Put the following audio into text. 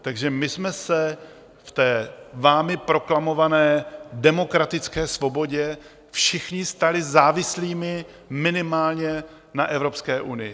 Takže my jsme se v té vámi proklamované demokratické svobodě všichni stali závislými minimálně na Evropské unii!